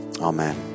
Amen